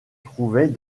trouvait